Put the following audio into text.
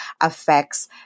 affects